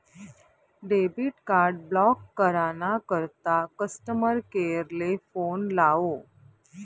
debit card block करा ना करता कस्टमर केअर ले फोन लावो